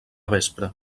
vespre